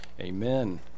Amen